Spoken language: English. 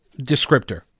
descriptor